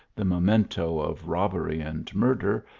the memento of robbery and murder,